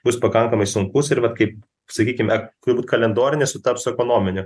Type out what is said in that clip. bus pakankamai sunkus ir vat kaip sakykim ek turbūt kalendorinis sutaps su ekonominiu